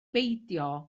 beidio